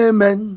Amen